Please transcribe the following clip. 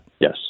Yes